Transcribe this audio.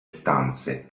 stanze